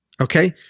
Okay